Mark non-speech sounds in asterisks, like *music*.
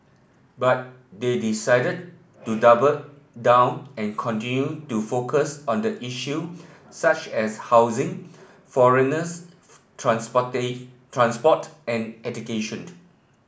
but they decided to double down and continue to focus on the issue such as housing foreigners *unintelligible* transport and education